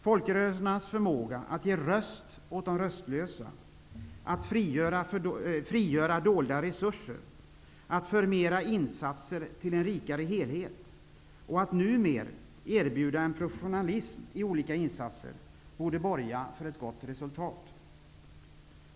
Folkrörelsernas förmåga att ge röst åt de röstlösa, att frigöra dolda resurser, att förmera insatser till en rikare helhet och numer också att erbjuda en professionalism i olika insatser borde borga för ett gott resultat.